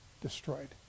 destroyed